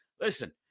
listen